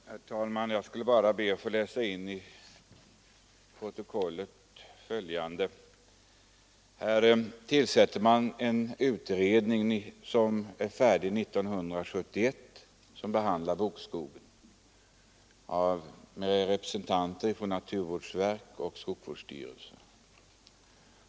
Herr talman! Jag skall be att få tala in följande till protokollet. Man tillsätter en utredning som behandlar bokskogen och är färdig 1971. Utredningen har representanter från naturvårdsverket och skogsvårdsstyrelsen.